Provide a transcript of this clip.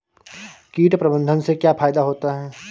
कीट प्रबंधन से क्या फायदा होता है?